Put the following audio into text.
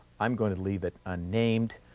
i'm going to leave it unnamed